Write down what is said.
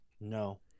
No